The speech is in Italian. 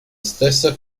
stessa